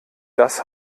das